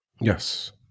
Yes